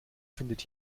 findet